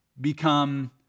become